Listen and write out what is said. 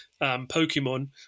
Pokemon